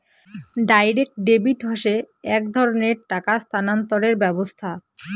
direct debit হসে এক ধরণের টাকা স্থানান্তরের ব্যবস্থা